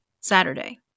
Saturday